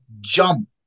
jump